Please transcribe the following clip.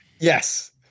Yes